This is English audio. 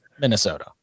Minnesota